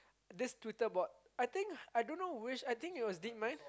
this twitter board